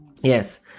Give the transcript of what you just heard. Yes